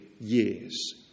years